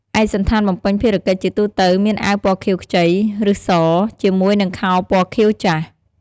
ឯកសណ្ឋានបំពេញភារកិច្ច ជាទូទៅ មានអាវពណ៌ខៀវខ្ចី ឬស ជាមួយនឹងខោពណ៌ខៀវចាស់។